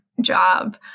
job